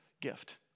gift